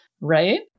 right